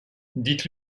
dites